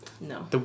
No